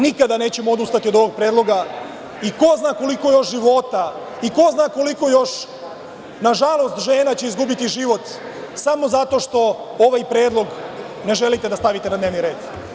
Nikada nećemo odustati od ovog predloga i ko zna koliko još života, i ko zna koliko još, nažalost, žena će izgubiti život samo zato što ovaj predlog ne želite da stavite na dnevni red.